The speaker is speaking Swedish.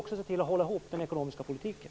Det gäller att hålla ihop den ekonomiska politiken.